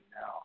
now